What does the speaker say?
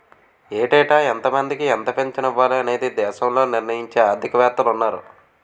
ఏటేటా ఎంతమందికి ఎంత పింఛను ఇవ్వాలి అనేది దేశంలో నిర్ణయించే ఆర్థిక వేత్తలున్నారు